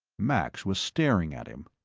max was staring at him.